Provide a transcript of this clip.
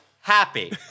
Happy